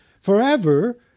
forever